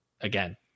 again